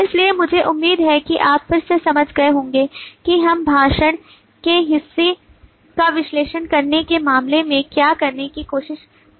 इसलिए मुझे उम्मीद है कि आप फिर से समझ गए होंगे कि हम भाषण के हिस्सों का विश्लेषण करने के मामले में क्या करने की कोशिश कर रहे हैं